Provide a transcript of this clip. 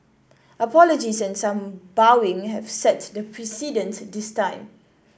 apologies and some bowing have set the precedent this time